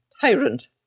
Tyrant